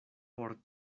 por